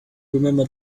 remember